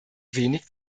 wenig